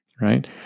right